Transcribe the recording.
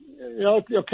okay